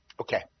Okay